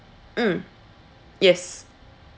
mm yes